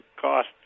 cost